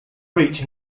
reach